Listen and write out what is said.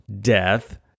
death